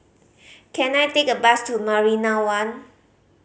can I take a bus to Marina One